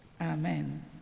amen